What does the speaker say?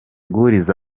guhuriza